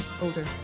Older